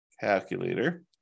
Calculator